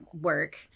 work